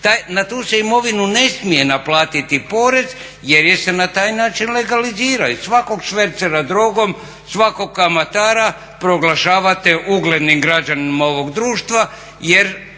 na tu se imovinu ne smije naplatiti porez jer se na taj način legalizira i svakog švercera drogom, svakog kamatara proglašavate uglednim građaninom ovog društva jer